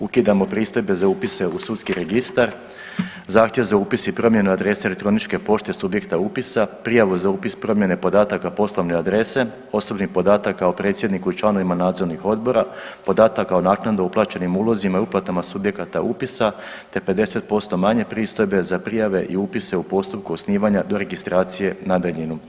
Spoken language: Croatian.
Ukidamo pristojbe za upise u sudski registar, zahtjev i upis i promjenu adrese elektroničke pošte subjekta upisa, prijavu za upis promjene podataka poslovne adrese osobnih podataka o predsjedniku i članovima nadzornih odbora, podataka o naknadno uplaćenim ulozima i uplatama subjekata upisa, te 50% manje pristojbe za prijave i upise u postupku osnivanja do registracije na daljinu.